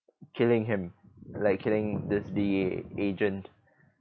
killing him like killing this D_E_A agent